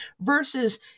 versus